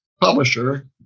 publisher